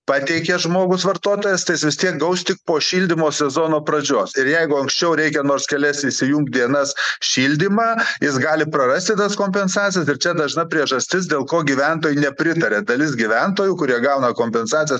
pateikė žmogus vartotojas tai jis vis tiek gaus tik po šildymo sezono pradžios ir jeigu anksčiau reikia nors kelias įsijungt dienas šildymą jis gali prarasti tas kompensacijas ir čia dažna priežastis dėl ko gyventojai nepritaria dalis gyventojų kurie gauna kompensacijas